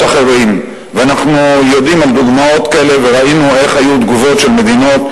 אנחנו יודעים על דוגמאות כאלה וראינו איך היו תגובות של מדינות.